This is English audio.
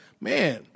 man